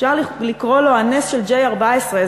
אפשר לקרוא לו הנס שלj14 ,